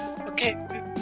okay